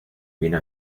vino